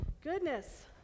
Goodness